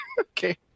Okay